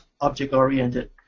object-oriented